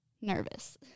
nervous